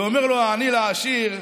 אומר לו העני לעשיר: